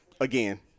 again